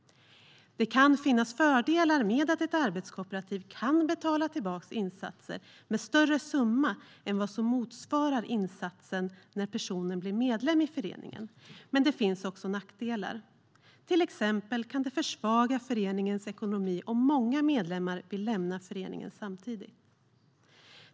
Det kan finnas fördelar med att ett arbetskooperativ kan betala tillbaka insatsen med större summa än vad som motsvarar insatsen när personen blev medlem i den ekonomiska föreningen, men det finns också nackdelar. Till exempel kan det försvaga föreningens ekonomi om många medlemmar vill lämna föreningen samtidigt.